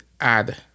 add